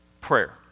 prayer